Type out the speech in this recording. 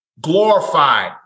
Glorified